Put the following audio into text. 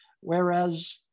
whereas